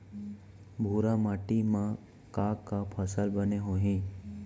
भूरा माटी मा का का फसल बने होही?